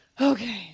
Okay